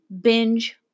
binge